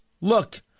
look